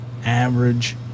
Average